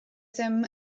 ddim